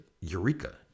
Eureka